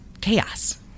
chaos